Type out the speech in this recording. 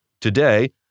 Today